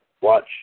watch